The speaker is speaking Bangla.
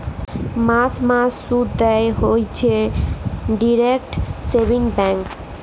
মাস মাস শুধ দেয় হইছে ডিইরেক্ট সেভিংস ব্যাঙ্ক